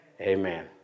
Amen